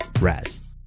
Raz